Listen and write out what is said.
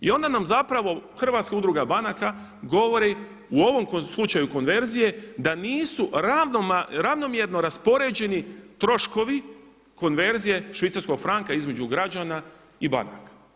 I onda nam zapravo Hrvatska udruga banaka govori u ovom slučaju konverzije da nisu ravnomjerno raspoređeni troškovi konverzije švicarskog franka između građana i banaka.